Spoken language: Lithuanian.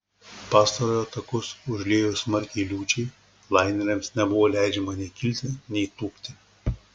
pastarojo takus užliejus smarkiai liūčiai laineriams nebuvo leidžiama nei kilti nei tūpti